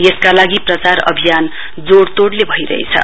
यसका लागि प्रचार अभियान जोड़ तोड़ले भइरहेछ